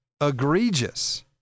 egregious